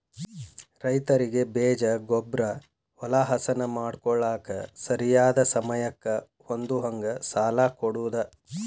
ರೈತರಿಗೆ ಬೇಜ, ಗೊಬ್ಬ್ರಾ, ಹೊಲಾ ಹಸನ ಮಾಡ್ಕೋಳಾಕ ಸರಿಯಾದ ಸಮಯಕ್ಕ ಹೊಂದುಹಂಗ ಸಾಲಾ ಕೊಡುದ